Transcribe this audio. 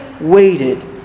waited